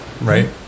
right